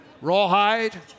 rawhide